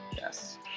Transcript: Yes